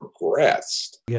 progressed